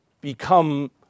become